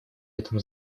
этом